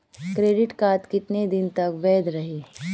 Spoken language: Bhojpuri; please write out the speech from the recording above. क्रेडिट कार्ड कितना दिन तक वैध रही?